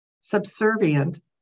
subservient